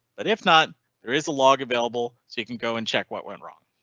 but if not there is a log available. so you can go and check what went wrong.